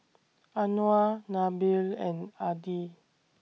Anuar Nabil and Adi